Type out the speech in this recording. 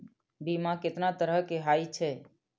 बीमा केतना तरह के हाई छै?